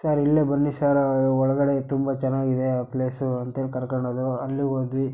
sir ಇಲ್ಲೇ ಬನ್ನಿ sir ಒಳಗಡೆ ತುಂಬ ಚೆನ್ನಾಗಿದೆ ಪ್ಲೇಸು ಅಂತೇಳಿ ಕರ್ಕಂಡು ಹೋದರು ಅಲ್ಲಿಗೆ ಹೋದ್ವಿ